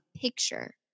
picture